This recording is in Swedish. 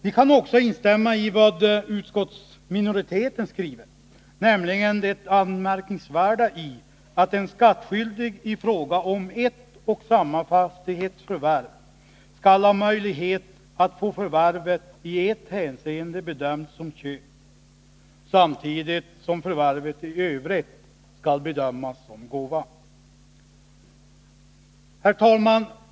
Vi kan också instämma i vad utskottsminoriteten skriver om det anmärkningsvärda i att en skattskyldig i fråga om ett och samma fastighetsförvärv skall ha möjlighet att få förvärvet i ett hänseende bedömt som köp, samtidigt som förvärvet i övrigt skall bedömas som gåva. Herr talman!